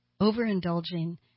overindulging